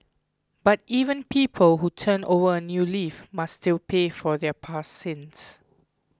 but even people who turn over a new leaf must still pay for their past sins